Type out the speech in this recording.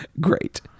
great